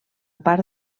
part